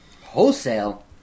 Wholesale